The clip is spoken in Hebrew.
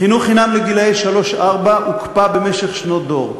חינוך חינם לגילאי שלוש ארבע הוקפא במשך שנות דור.